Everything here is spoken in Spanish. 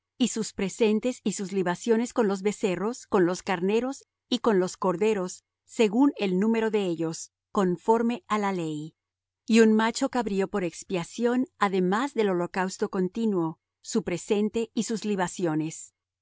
y sus presentes y sus libaciones con los becerros con los carneros y con los corderos según el número de ellos conforme á la ley y un macho cabrío por expiación además del holocausto continuo su presente y sus libaciones